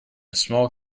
small